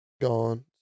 gone